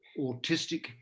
autistic